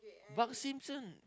Bart-Simpson